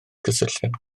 cysylltiad